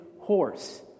horse